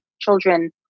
children